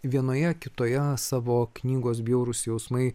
vienoje kitoje savo knygos bjaurūs jausmai